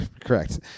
Correct